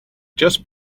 just